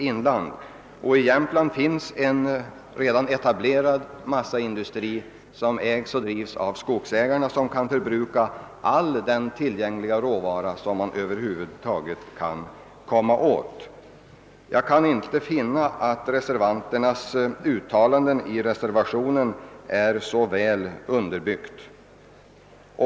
I Jämt land finns det redan en etablerad massaindustri som ägs och drivs av skogsägarna och som kan förbruka all tillgänglig råvara. Jag kan inte finna att reservanternas uttalande i reservationen är väl underbyggt.